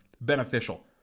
beneficial